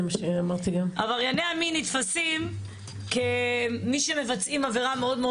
עברייני המין נתפסים כמי שמבצעים עבירה מאוד מאוד